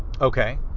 Okay